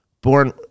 Born